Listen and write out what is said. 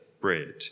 bread